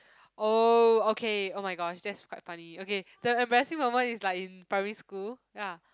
oh okay oh-my-gosh that's quite funny okay the embarrassing moment is like in primary school ya